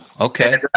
Okay